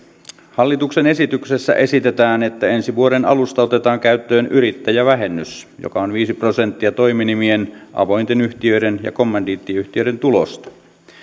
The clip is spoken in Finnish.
hallituksen esityksessä esitetään että ensi vuoden alusta otetaan käyttöön yrittäjävähennys joka on viisi prosenttia toiminimien avointen yhtiöiden ja kommandiittiyhtiöiden tulosta